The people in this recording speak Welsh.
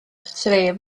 tref